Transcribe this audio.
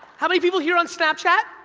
how many people here on snapchat?